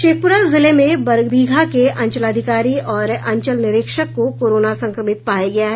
शेखपुरा जिले में बरबीघा के अंचलाधिकारी और अंचल निरीक्षक को कोरोना संक्रमित पाया गया है